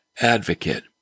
advocate